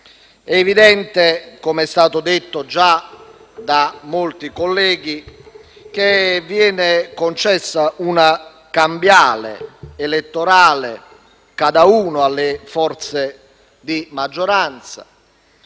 È evidente - come è stato già detto da molti colleghi - che viene concessa una cambiale elettorale cadauno alle forze di maggioranza.